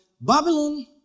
Babylon